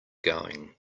going